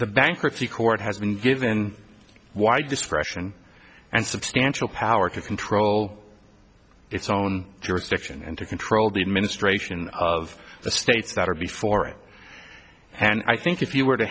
the bankruptcy court has been given why discretion and substantial power to control its own jurisdiction and to control the administration of the states that are before it and i think if you were to